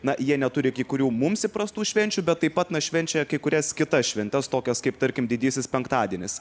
na jie neturi kai kurių mums įprastų švenčių bet taip pat švenčia kai kurias kitas šventes tokias kaip tarkim didysis penktadienis